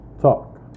talk